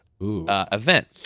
event